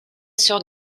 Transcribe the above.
sur